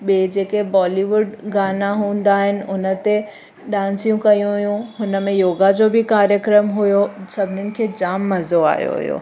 ॿिए जेके बॉलीवुड गाना हूंदा आहिनि हुन ते डांसियूं कयूं हुयूं हुन में योगा जो बि कार्यक्रम हुयो सभनिनि खे जाम मज़ो आयो हुओ